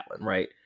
right